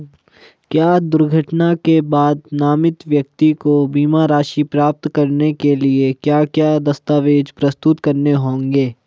क्या दुर्घटना के बाद नामित व्यक्ति को बीमा राशि प्राप्त करने के लिए क्या क्या दस्तावेज़ प्रस्तुत करने होंगे?